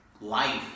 life